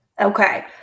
Okay